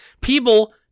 people